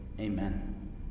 Amen